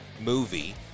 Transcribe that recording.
movie